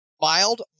Mild